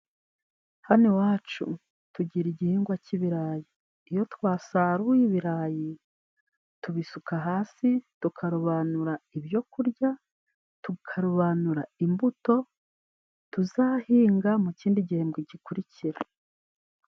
Hano iwacu tugira igihingwa cy'ibirayi, iyo twasaruye ibirayi tubisuka hasi, tukarobanura ibyokurya, tukarobanura imbuto tuzahinga mu kindi gihembwe gikurikira.